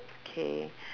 okay